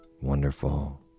wonderful